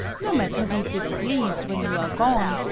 no matter who's displeas'd when you are gone.